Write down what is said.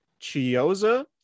Chioza